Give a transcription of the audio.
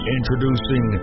Introducing